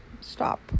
stop